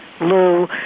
lou